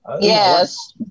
Yes